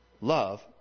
love